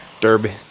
Derby